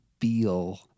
feel